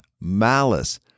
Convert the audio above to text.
malice